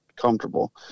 comfortable